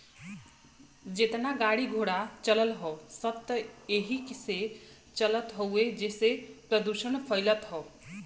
जेतना गाड़ी घोड़ा चलत हौ सब त एही से चलत हउवे जेसे प्रदुषण फइलत हौ